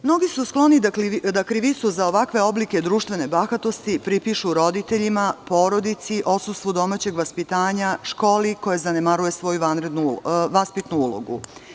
Mnogi su skloni da krivicu za ovakve oblike društvene bahatosti pripišu roditeljima, porodici, odsustvu domaćeg vaspitanja, školi koja zanemaruje svoju vaspitnu ulogu.